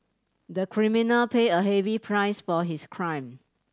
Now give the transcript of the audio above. the criminal paid a heavy price for his crime